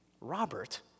Robert